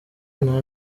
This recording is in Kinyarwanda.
nta